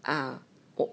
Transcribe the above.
啊不